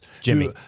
Jimmy